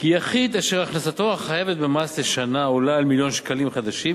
כי יחיד אשר הכנסתו החייבת במס לשנה עולה על מיליון שקלים חדשים,